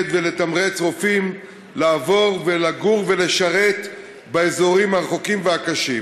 ולתמרץ רופאים לעבור ולגור ולשרת באזורים הרחוקים והקשים.